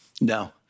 No